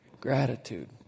gratitude